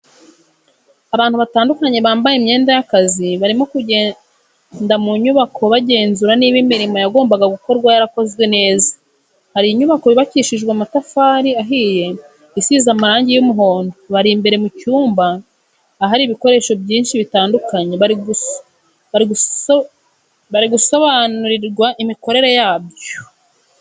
Abantu batandukanye bambaye imyenda y'akazi barimo kugenda mu nyubako bagenzura niba imirimo yagombaga gukorwa yarakozwe neza, hari inyubako yubakishije amatafari ahiye isize amarangi y'umuhondo, bari imbere mu cyumba ahari ibikoresho byinshi bitandukanye bari gusobanurirwa imikorere yabyo.